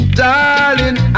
darling